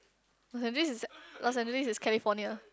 Los Angeles is at Los Angeles is California